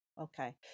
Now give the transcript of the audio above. okay